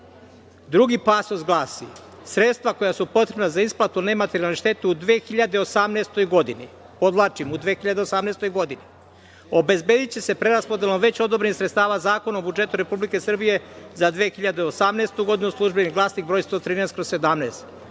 Drugi pasus glasi - Sredstva koja su potrebna za isplatu nematerijalne štete u 2018. godini, podvlačim u 2018. godini, obezbediće se preraspodelom već odobrenih sredstava Zakona o budžetu Republike Srbije za 2018. godinu, „Službeni glasnik“ broj 113/17